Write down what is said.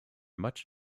much